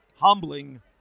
humbling